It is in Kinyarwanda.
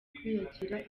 kwiyakira